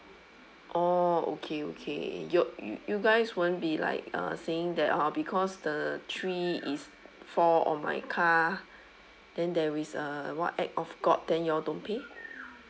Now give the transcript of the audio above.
oh okay okay you y~ you guys won't be like uh saying that uh because the tree is fall on my car then there is uh what act of god then you all don't pay